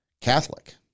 Catholic